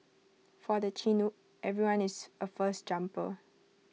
for the Chinook everyone is A first jumper